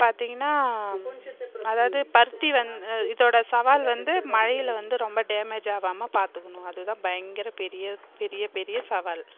பார்த்தீங்கன்னா அதாவது பருத்தி வந்து இதோடய சவால் வந்து மழையில் வந்து ரொம்ப டேமேஜாகாம பார்த்துக்குணும் அதுதான் பயங்கர பெரிய பெரிய பெரிய சவால்